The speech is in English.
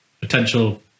potential